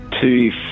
Two